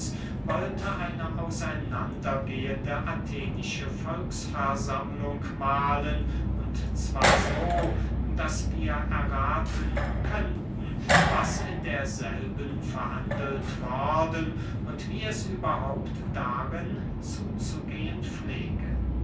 wollte eine aus einander gehende athenische volksversammlung mahlen und zwar so daß wir errathen könnten was in derselben verhandelt worden und wie es überhaupt darin zuzugehen pflege